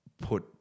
put